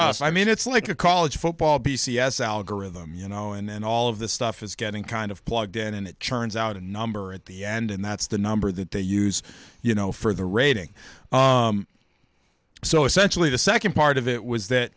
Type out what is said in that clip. awesome i mean it's like a college football b c s algorithm you know and then all of the stuff is getting kind of plugged in and it turns out a number at the end and that's the number that they use you know for the rating so essentially the second part of it was that